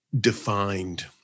defined